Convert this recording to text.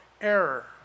error